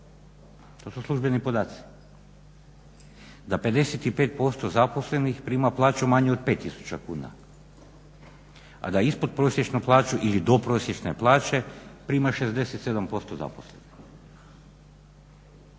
to su službeni podaci, da 55% zaposlenih prima plaću manju od 5 tisuća kuna, a da ispodprosječnu plaću ili do prosječne plaće prima 67% zaposlenih.